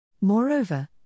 Moreover